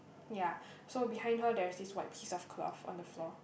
ya so behind her there's this white piece of cloth on the floor